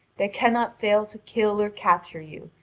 they cannot fail to kill or capture you,